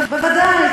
בוודאי,